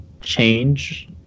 change